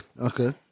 Okay